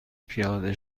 پیاده